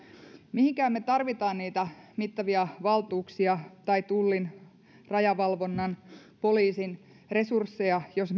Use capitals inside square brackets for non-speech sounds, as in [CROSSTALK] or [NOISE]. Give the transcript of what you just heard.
mihinköhän me tarvitsemme niitä mittavia valtuuksia tai tullin rajavalvonnan poliisin resursseja jos [UNINTELLIGIBLE]